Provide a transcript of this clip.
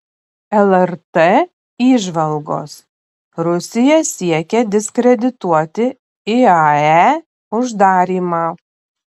lrt įžvalgos rusija siekia diskredituoti iae uždarymą